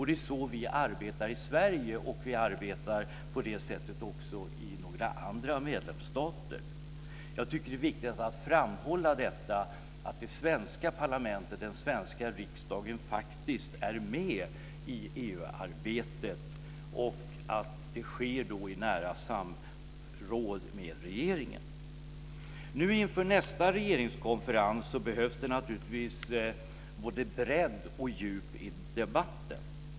Det är så vi arbetar i Sverige, och på det sättet arbetar också några andra medlemsstater. Jag tycker att det är viktigt att framhålla att den svenska riksdagen faktiskt är med i EU-arbetet, i nära samråd med regeringen. Inför nästa regeringskonferens behövs det naturligtvis både bredd och djup i debatten.